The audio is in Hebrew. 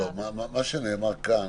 מה שנאמר כאן,